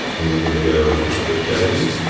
and we're gonna go up to settings